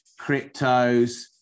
cryptos